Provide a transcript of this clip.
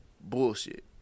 bullshit